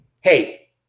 Hey